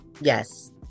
Yes